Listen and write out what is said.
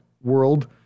world